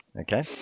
Okay